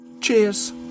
Cheers